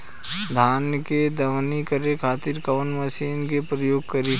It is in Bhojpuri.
धान के दवनी करे खातिर कवन मशीन के प्रयोग करी?